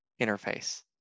interface